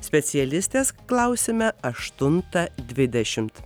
specialistės klausime aštuntą dvidešimt